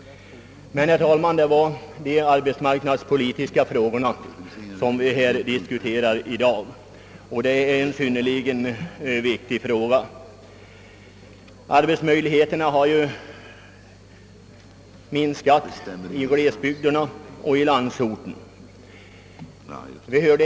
Men, herr talman, det är ju de arbetsmarknadspolitiska frågorna som vi nu diskuterar, och dessa är synnerligen viktiga. Arbetsmöjligheterna har minskat i glesbygderna och i landsorten över huvud taget.